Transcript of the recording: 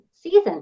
season